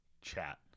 chat